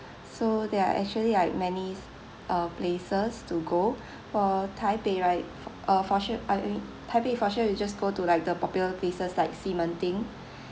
so there are actually like many uh places to go for taipei right for uh for sure I mean taipei for sure you just go to like the popular places like ximending